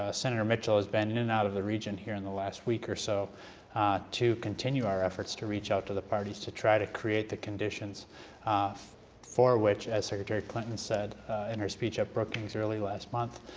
ah senator mitchell has been in and out of the region here in the last week or so to continue our efforts to reach out to the parties to try to create the conditions for which, as secretary clinton said in her speech at brookings early last month,